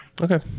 Okay